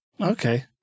Okay